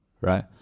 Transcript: right